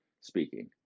speaking